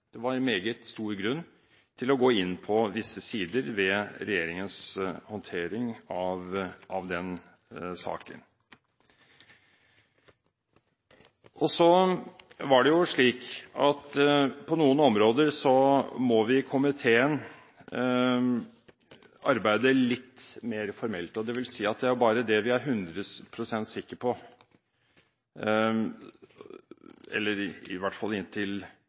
– var en meget stor grunn til å gå inn på visse sider ved regjeringens håndtering av den saken. Så er det jo slik at på noen områder må vi i komiteen arbeide litt mer formelt, det vil si bare det vi er hundre prosent sikker på, eller i hvert fall inntil